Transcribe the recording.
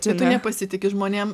čia tu nepasitiki žmonėm